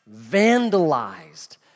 vandalized